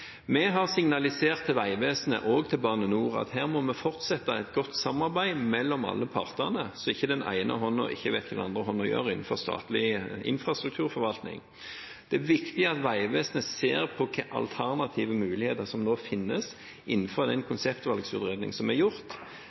Vi har signalisert til Vegvesenet og til Bane Nor at her må vi fortsette et godt samarbeid mellom alle partene, så ikke den ene hånden ikke vet hva den andre hånden gjør innenfor statlig infrastrukturforvaltning. Det er viktig at Vegvesenet ser på hva slags alternative muligheter som nå finnes innenfor den konseptvalgutredningen som er gjort,